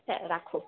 হ্যাঁ রাখুন